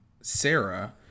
Sarah